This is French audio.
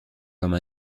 comme